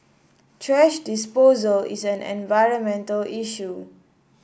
thrash disposal is an environmental issue